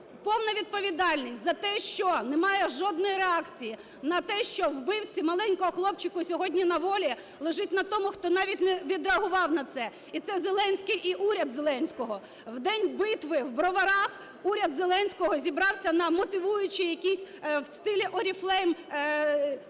Повна відповідальність за те, що немає жодної реакції на те, що вбивці маленького хлопчика сьогодні на волі, лежить на тому, хто навіть не відреагував на це. І це Зеленський і уряд Зеленського. В день битви в Броварах уряд Зеленського зібрався на мотивуючий, якийсь в стилі Oriflame